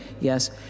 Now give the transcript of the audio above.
yes